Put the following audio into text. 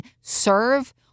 serve